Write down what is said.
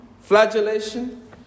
flagellation